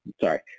sorry